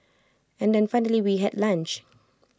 and then finally we had lunch